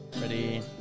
Ready